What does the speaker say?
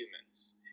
humans